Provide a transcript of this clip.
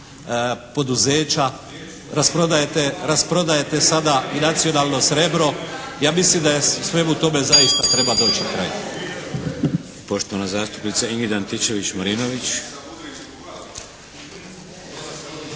poduzeća, rasprodajete sada nacionalno srebro. Ja mislim da svemu tome zaista treba doći kraj.